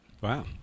Wow